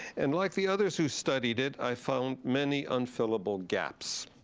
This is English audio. and like the others who studied it, i found many unfillable gaps.